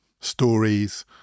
stories